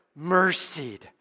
mercied